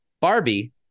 Barbie